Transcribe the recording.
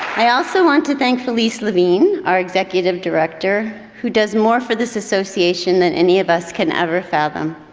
i also want to thank felice levine, our executive director, who does more for this association than any of us can ever fathom.